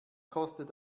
kostet